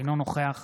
אינו נוכח